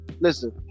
listen